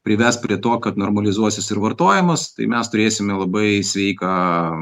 prives prie to kad normalizuosis ir vartojimas tai mes turėsime labai sveiką